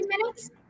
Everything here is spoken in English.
minutes